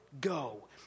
Go